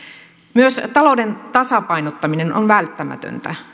myös talouden tasapainottaminen on välttämätöntä